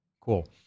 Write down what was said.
Cool